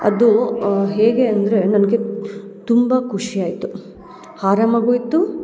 ಅದು ಹೇಗೆ ಅಂದರೆ ನನಗೆ ತುಂಬ ಖುಷಿ ಆಯಿತು ಆರಾಮಗು ಇತ್ತು